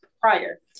prior